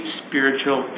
spiritual